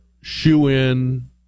shoe-in